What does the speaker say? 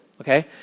okay